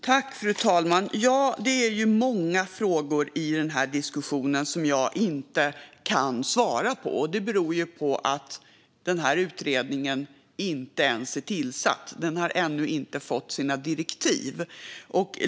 Fru talman! Det är många frågor i diskussionen som jag inte kan svara på. Det beror på att utredningen inte ens är tillsatt och att den ännu inte har fått några direktiv.